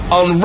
on